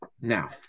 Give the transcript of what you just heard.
Now